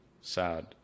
sad